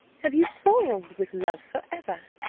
have you quarrelled with love for ever?